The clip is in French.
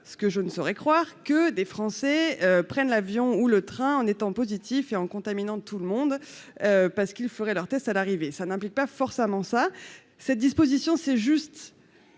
ce que je ne saurais croire que des Français prennent l'avion ou le train, en étant positif et en contaminant de tout le monde parce qu'ils feraient leur tests à l'arrivée ça n'implique pas forcément ça cette disposition, c'est juste